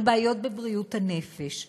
על בעיות בבריאות הנפש,